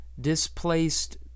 displaced